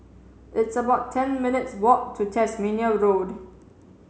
it's about ten minutes' walk to Tasmania Road